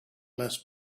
less